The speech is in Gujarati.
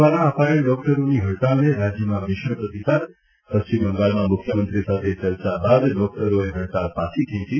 દ્વારા અપાયેલ ડૉક્ટરોની હડતાલને રાજ્યમાં મિશ્ર પ્રતિસાદ પશ્ચિમ બંગાળમાં મુખ્યમંત્રી સાથે ચર્ચા બાદ ડૉક્ટરોએ હડતાલ પાછી ખેંચી